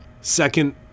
Second